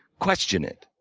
question it.